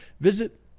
visit